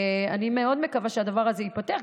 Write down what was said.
אני מאוד מקווה שהדבר הזה ייפתר,